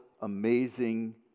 amazing